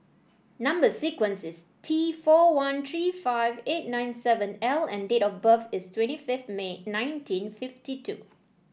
number sequence is T four one three five eight nine seven L and date of birth is twenty fifth May nineteen fifty two